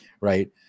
Right